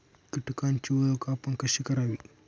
कीटकांची ओळख आपण कशी करावी?